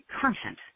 content